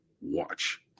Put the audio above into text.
watch